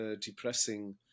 depressing